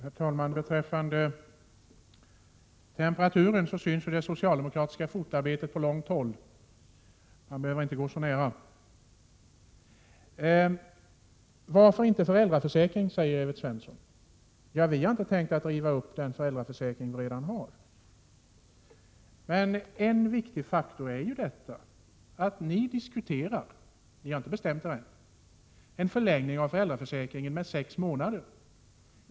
Herr talman! Beträffande temperaturen vill jag säga att det socialdemokratiska fotarbetet syns på långt håll; man behöver inte gå så nära. Varför inte föräldraförsäkring, frågar Evert Svensson. Ja, vi har inte tänkt riva upp den föräldraförsäkring vi redan har. Ni diskuterar — ni har ännu inte bestämt er— en förlängning av föräldraförsäkringen med sex månader.